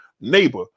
neighbor